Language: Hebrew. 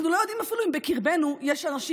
אנחנו לא יודעים אפילו אם בקרבנו יש אנשים